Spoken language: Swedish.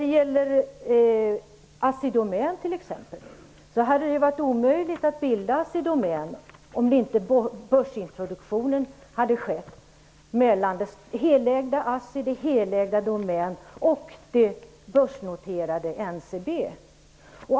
Det hade t.ex. varit omöjligt att bilda Assi Domän om det inte hade skett mellan det helägda Assi, det helägda Domän och det börsnoterade NCB i samband med börsintroduktionen.